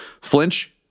Flinch